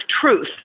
truth